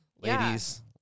ladies